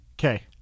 Okay